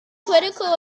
critical